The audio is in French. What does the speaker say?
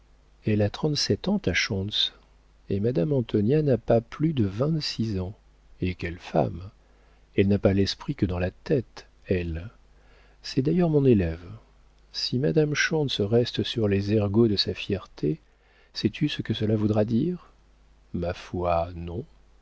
elle a trente-sept ans ta schontz et madame antonia n'a pas plus de vingt-six ans et quelle femme elle n'a pas d'esprit que dans la tête elle c'est d'ailleurs mon élève si madame schontz reste sur les ergots de sa fierté sais-tu ce que cela voudra dire ma foi non